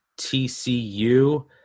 TCU